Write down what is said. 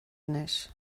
anois